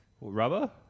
Rubber